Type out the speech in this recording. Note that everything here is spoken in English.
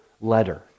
letter